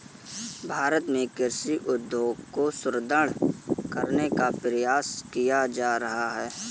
भारत में कृषि उद्योग को सुदृढ़ करने का प्रयास किया जा रहा है